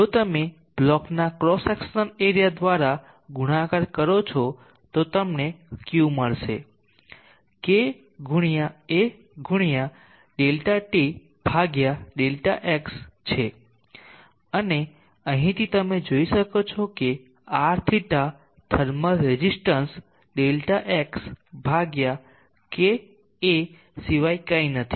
જો તમે બ્લોકના ક્રોસ સેક્શન એરિયા દ્વારા ગુણાકાર કરો છો તો તમને Q મળશે જે K ગુણ્યા A ગુણ્યા ΔT Δx છે અને અહીંથી તમે જોઈ શકો છો કે Rθ thermal resistance Δx kA સિવાય કંઈ નથી